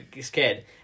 scared